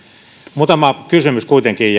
muutama kysymys kuitenkin